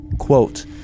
Quote